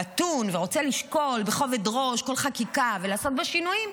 אתה מתון ורוצה לשקול בכובד ראש כל חקיקה ולעשות בה שינויים,